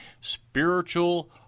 spiritual